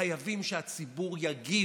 חייבים שהציבור יגיב,